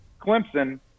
Clemson